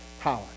power